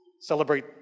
Celebrate